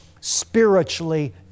spiritually